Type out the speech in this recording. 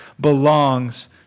belongs